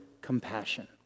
compassion